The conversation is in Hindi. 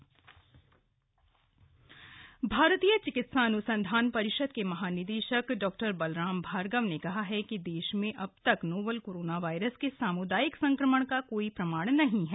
कोरोना वायरस स्टेज रेलवे भारतीय चिकित्सा अनुसंधान परिषद के महानिदेशक डॉ बलराम भार्गव ने कहा है कि देश में अब तक नोवल कोरोना वायरस के साम्दायिक संक्रमण का कोई प्रमाण नहीं है